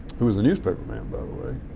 who was a newspaper man, by the way,